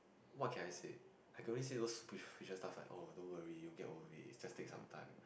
what can I say I can only say those superficial stuff like oh don't worry you get worry is just take some time